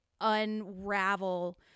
unravel